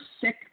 sick